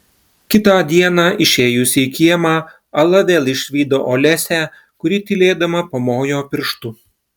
kitą dieną išėjusi į kiemą ala vėl išvydo olesią kuri tylėdama pamojo pirštu